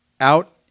out